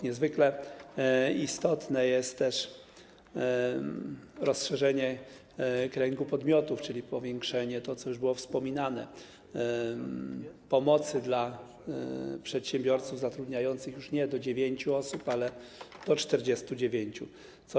Niezwykle istotne jest też rozszerzenie kręgu podmiotów, czyli zwiększenie - co już było wspominane - pomocy dla przedsiębiorców zatrudniających już nie do dziewięciu osób, ale do 49.